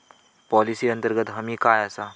Policy अंतर्गत हमी काय आसा?